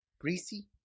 Greasy